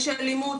יש אלימות.